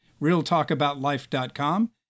realtalkaboutlife.com